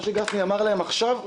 מה שגפני אמר להם עכשיו,